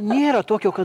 nėra tokio kad